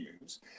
use